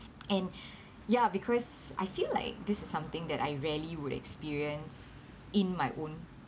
and ya because I feel like this is something that I rarely would experience in my own